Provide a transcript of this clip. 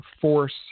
force